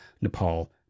Nepal